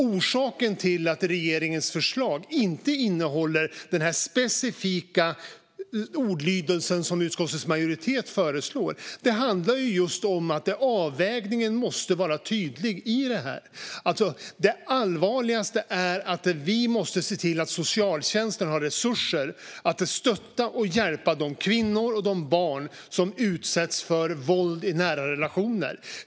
Orsaken till att regeringens förslag inte innehåller den specifika ordalydelse som utskottets majoritet föreslår är att avvägningen måste vara tydlig. Det allvarligaste är att vi måste se till att socialtjänsten har resurser till att stötta och hjälpa de kvinnor och barn som utsätts för våld i nära relationer.